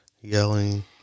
yelling